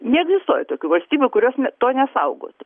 neegzistuoja tokių valstybių kurios ne to nesaugotų